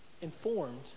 informed